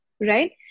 right